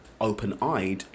open-eyed